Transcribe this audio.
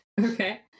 Okay